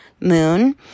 moon